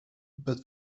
but